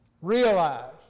Realize